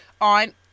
on